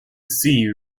see